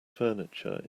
furniture